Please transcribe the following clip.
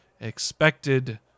expected